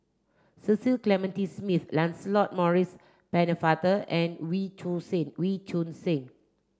Cecil Clementi Smith Lancelot Maurice Pennefather and Wee Choon Seng Wee Choon Seng